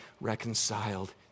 reconciled